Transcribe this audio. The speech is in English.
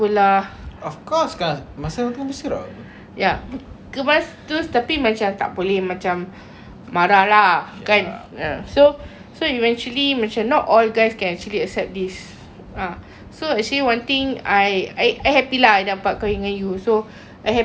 ya kemas tu tapi macam tak boleh macam marah lah kan so so eventually macam not all guys can actually accept this ah so actually one thing I I happy lah I dapat kahwin dengan you so I happy that this thing doesn't occur to me much